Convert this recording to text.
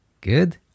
Good